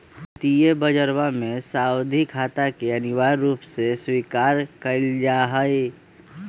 वित्तीय बजरवा में सावधि खाता के अनिवार्य रूप से स्वीकार कइल जाहई